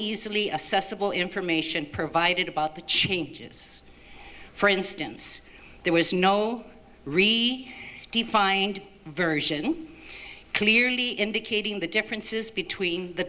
easily assessable information provided about the changes for instance there was no re defined version clearly indicating the differences between the